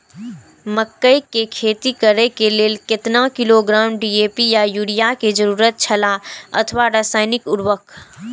मकैय के खेती करे के लेल केतना किलोग्राम डी.ए.पी या युरिया के जरूरत छला अथवा रसायनिक उर्वरक?